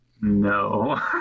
No